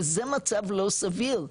וזה מצב לא סביר,